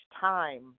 time